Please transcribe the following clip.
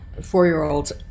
four-year-olds